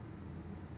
okay